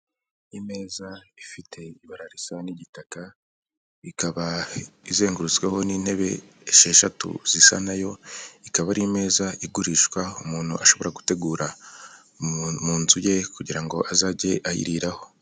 Imeza ifite ibara risa n'igitaka ikaba izengurutsweho n'intebe esheshatu zisa nayo, ikaba ari meza igurishwa umuntu ashobora gutegura mu nzu ye kugira ngo azajye ayiriraho.